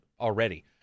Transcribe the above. already